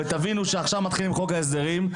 ותבינו שעכשיו מתחילים עם חוק ההסדרים.